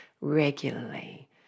regularly